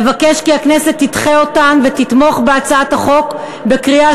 אבקש כי הכנסת תדחה אותן ותתמוך בהצעת החוק בקריאה